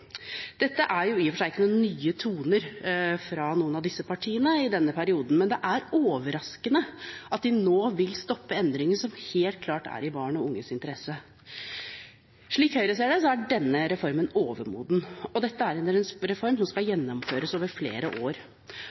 Dette er i og for seg ikke nye toner fra noen av disse partiene i denne perioden, men det er overraskende at de nå vil stoppe endringen som helt klart er i barn og unges interesse. Slik Høyre ser det, er denne reformen overmoden, og dette er en reform som skal gjennomføres over flere år.